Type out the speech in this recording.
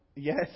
Yes